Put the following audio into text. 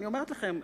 אני אומרת לכם,